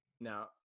now